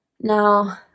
Now